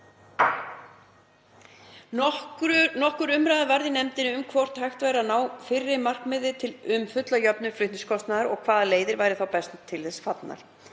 Nokkur umræða varð í nefndinni um hvort hægt væri að ná fyrr markmiði um fulla jöfnun flutningskostnaðar og hvaða leiðir væru þá best til þess fallnar.